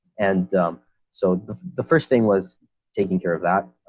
and so the the first thing was taking care of that.